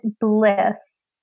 bliss